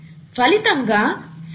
ఫలితంగా sickle cell anaemia వస్తుంది